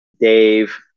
Dave